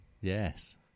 Yes